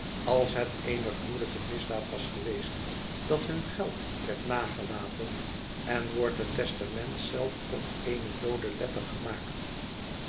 als het eene gruwelijke misdaad was geweest dat hun geld werd nagelaten en wordt het testament zelf tot eene doode letter gemaakt